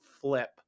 flip